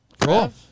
Cool